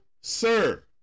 sir